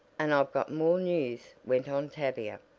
and i've got more news, went on tavia,